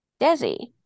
Desi